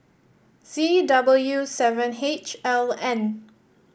Z W seven H L N